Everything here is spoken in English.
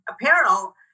apparel